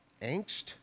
angst